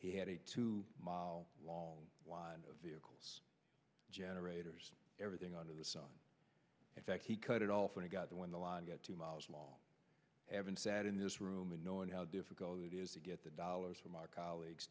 he had a two mile long line of vehicles generators everything under the sun in fact he cut it off when it got when the law got two miles long evan sat in this room and knowing how difficult it is to get the dollars from our colleagues